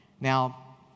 Now